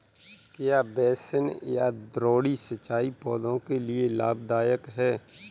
क्या बेसिन या द्रोणी सिंचाई पौधों के लिए लाभदायक है?